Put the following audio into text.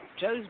Joe's